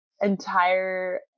entire